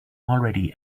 already